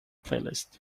playlist